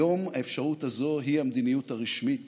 היום האפשרות הזאת היא המדיניות הרשמית